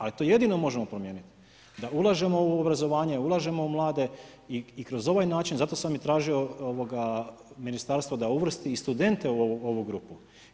Ali to jedino možemo promijeniti, da ulažemo u obrazovanje, ulažemo u mlade i kroz ovaj način, zato sam i tražio Ministarstvo da uvrsti i studente u ovu grupu.